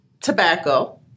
tobacco